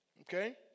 Okay